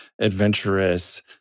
adventurous